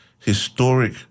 historic